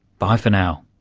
bye for now